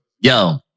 Yo